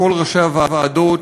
לכל ראשי הוועדות,